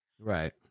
right